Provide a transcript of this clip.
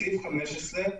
בסעיף 15,